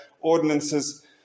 ordinances